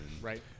right